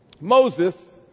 Moses